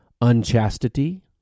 Unchastity